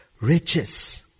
riches